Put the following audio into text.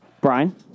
Brian